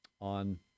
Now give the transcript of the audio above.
On